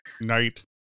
night